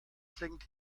sinkt